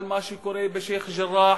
על מה שקורה בשיח'-ג'ראח,